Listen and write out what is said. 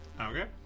Okay